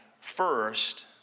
first